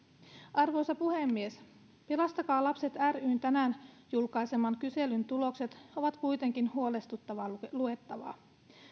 arvoisa puhemies pelastakaa lapset ryn tänään julkaiseman kyselyn tulokset ovat kuitenkin huolestuttavaa luettavaa